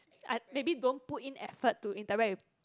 I maybe don't put in effort to interact with